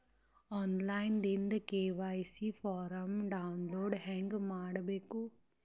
On line ದಿಂದ KYC form download ಹೇಂಗ ಮಾಡಬೇಕು?